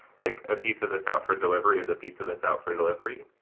like a pizza that's out for delivery is a pizza that's out for delivery.